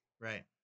right